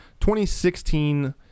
2016